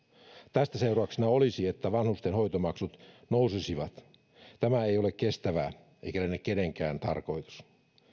tästä seurauksena olisi että vanhusten hoitomaksut nousisivat tämä ei ole kestävää eikä liene kenenkään tarkoitus